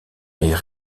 est